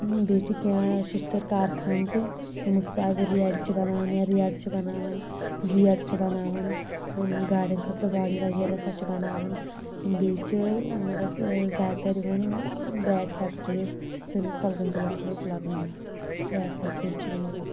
بیٚیہِ چھِ کیٚنٛہہ شیشتٕر کارخان تہِ یِمو سۭتۍ آز ریڑِ چھِ بَناوان یا ریڑٕ چھِ بَناوان گیٹ چھِ بَناوان گاڈین خٲطرٕ باڈی وغیرہ سۄ چھِ بَناوان بیٚیہِ چھِ مطلب زیادٕ تر یِوان بیٹ فیکٹریٖز سٲنِس کۄلگٲمۍ ضلعس منٛز لَبنہٕ یِوان بیٹ فیکٹریٖز چھِ بیٚیہ یِوان لَبنہٕ